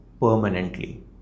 permanently